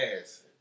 ass